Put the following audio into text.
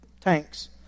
tanks